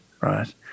right